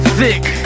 thick